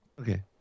Okay